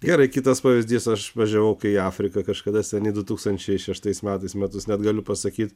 gerai kitas pavyzdys aš važiavau į afriką kažkada seniai du tūkstančiai šeštais metais metus net galiu pasakyt